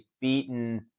beaten